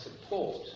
support